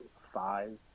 five